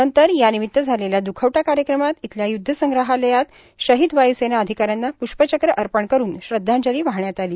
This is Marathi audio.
नंतर यानिमित्त झालेल्या द्खवटा कार्यक्रमात इथल्या य्द्ध संग्रहालयात शहीद वाय्सेना अधिकाऱ्यांना प्ष्पचक्र अर्पण करून श्रद्वांजली वाहण्यात आली